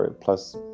plus